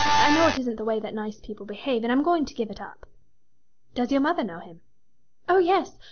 i know it isn't the way that nice people behave, and i'm going to give it up does your mother know him oh, yes!